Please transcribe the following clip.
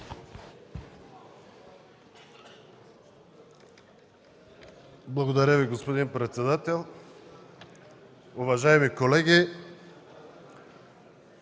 Благодаря Ви, господин председател. Уважаеми колеги,